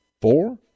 four